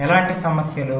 ఎలాంటి సమస్యలు